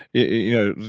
you know,